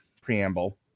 preamble